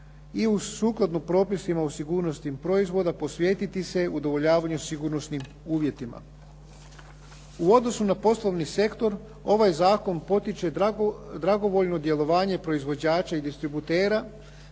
i sukladno propisima o sigurnosti proizvoda posvetiti se udovoljavanju sigurnosnih uvjeta. U odnosu na poslovni sektor, ovaj zakon potiče dragovoljno djelovanje proizvođača i distributera